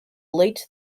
late